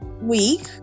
week